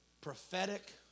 prophetic